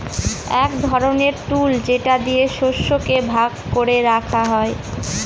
এক ধরনের টুল যেটা দিয়ে শস্যকে ভাগ করে রাখা হয়